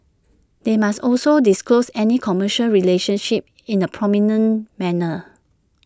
they must also disclose any commercial relationships in A prominent manner